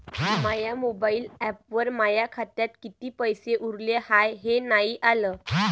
माया mobile ॲपवर माया खात्यात किती पैसे उरले हाय हे नाही आलं